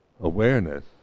awareness